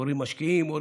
הורים משקיעים.